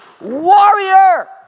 warrior